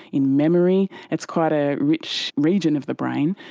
in memory. it's quite a rich region of the brain.